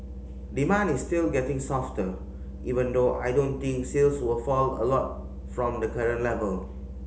demand is still getting softer even though I don't think sales will fall a lot from the current level